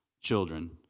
children